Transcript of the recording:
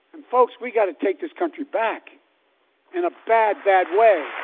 and folks, we got to take this country back in a bad, bad way